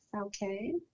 Okay